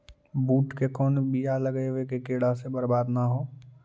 बुंट के कौन बियाह लगइयै कि कीड़ा से बरबाद न हो?